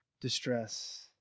distress